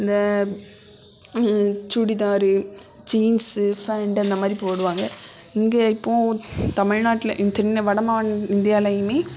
இந்த churidar jeans pant அந்த மாதிரி போடுவாங்க இங்கே இப்போது தமிழ்நாட்டில் இந் தென் வடமாநி இந்தியாவுலேயுமே